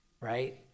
right